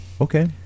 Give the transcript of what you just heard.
Okay